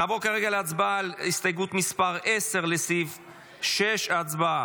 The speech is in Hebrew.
נעבור כרגע להצבעה על הסתייגות 10 לסעיף 6. הצבעה.